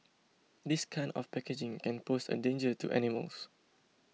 this kind of packaging can pose a danger to animals